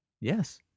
Yes